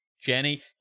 Jenny